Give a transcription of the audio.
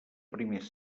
primers